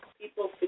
people